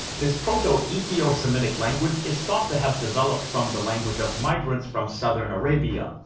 this proto-ethiosemitic language is thought to have developed from the language of migrants from southern arabia,